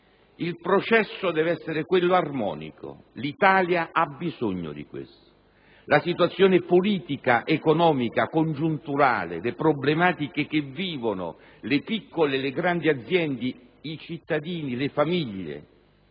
il processo deve essere armonico: l'Italia ha bisogno di questo. La situazione politica, economica, congiunturale, le problematiche che vivono le piccole e le grandi aziende, i cittadini e le famiglie